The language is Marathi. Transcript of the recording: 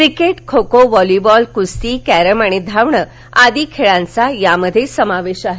क्रिकेट खोखो व्हॉलीबॉल कुस्ती कॅरम आणि धावणे आदी खेळांचा यामध्ये समावेश आहे